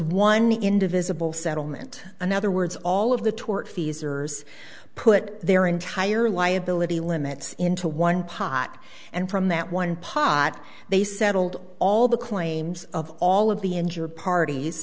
one indivisible settlement another words all of the tortfeasor put their entire liability limits into one pot and from that one pot they settled all the claims of all of the injured parties